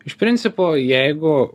iš principo jeigu